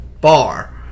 bar